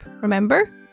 remember